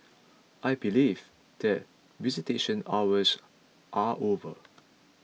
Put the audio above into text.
I believe that visitation hours are over